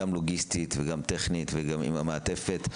גם לוגיסטית וגם טכנית וגם עם המעטפת,